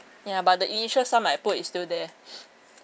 ya but the initial sum I put is still there